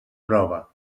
prova